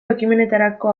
ekimenetarako